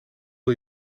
wil